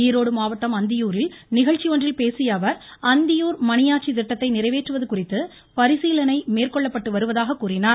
ஈரோடு மாவட்டம் அந்தியூரில் நிகழ்ச்சி ஒன்றில் பேசியஅவர் அந்தியூர் மணியாச்சி பள்ளம் திட்டத்தை நிறைவேற்றுவது குறித்து பரிசீலனை மேற்கொள்ளப்பட்டு வருவதாக கூறினார்